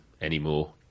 anymore